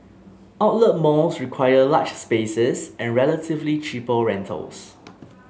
outlet malls require large spaces and relatively cheaper rentals